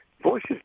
voices